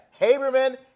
Haberman